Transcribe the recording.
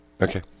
Okay